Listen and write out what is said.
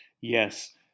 Yes